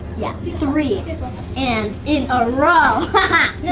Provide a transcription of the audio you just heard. yeah, three and in a row, haha.